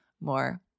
more